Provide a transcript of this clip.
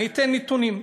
אני אתן נתונים.